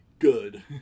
good